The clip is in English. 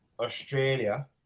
Australia